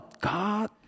God